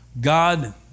God